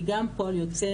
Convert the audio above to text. היא גם פועל יוצא